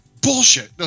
Bullshit